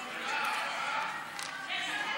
ההצעה להעביר לוועדה את הצעת חוק רשות מקרקעי ישראל (תיקון,